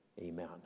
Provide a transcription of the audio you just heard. Amen